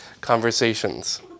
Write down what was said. conversations